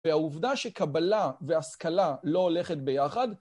והעובדה שקבלה והשכלה לא הולכת ביחד,